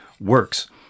works